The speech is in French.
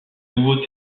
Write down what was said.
nouveau